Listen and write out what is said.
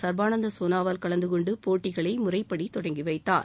சிவானந்த் சோனாவால் கலந்துகொண்டு போட்டிகளை முறைப்படி தொடங்கி வைத்தார்